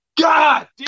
God